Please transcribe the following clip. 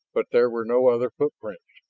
but there were no other footprints.